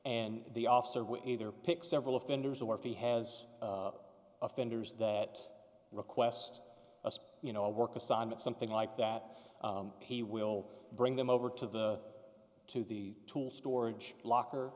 and the officer will either pick several offenders or if he has offenders that request you know work assignment something like that he will bring them over to the to the tool storage locker